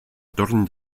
torn